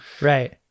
Right